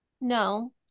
No